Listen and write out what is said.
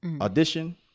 audition